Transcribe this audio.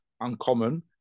uncommon